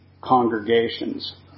congregations